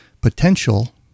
potential